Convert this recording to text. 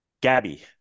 Gabby